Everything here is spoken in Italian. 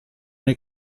nei